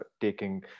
taking